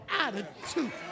attitude